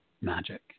magic